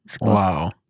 Wow